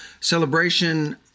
Celebration